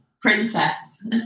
Princess